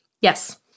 Yes